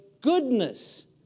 goodness